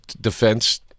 defense